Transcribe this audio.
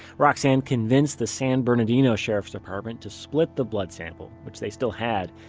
roxane convinced the san bernardino sheriff's department to split the blood sample, which they still had,